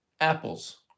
apples